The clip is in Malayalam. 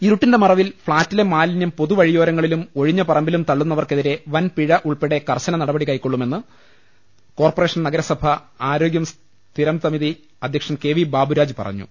ഇരുട്ടിന്റെ മറവിൽ ഫ്ളാറ്റിലെ മാലിന്യം പൊതു വഴിയോരങ്ങളിലും ഒഴിഞ്ഞ പറമ്പിലും തള്ളുന്നവർക്കെതിരെ വൻപിഴ ഉൾപ്പെടെ കർശന നടപടി കൈക്കൊള്ളുമെന്ന് കോർപ്പ റേഷൻ നഗരസഭ ആരോഗ്യ സ്ഥിരം സമിതി അധ്യക്ഷൻ കെ വി ബാബുരാജ് പറഞ്ഞു